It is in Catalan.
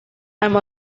amb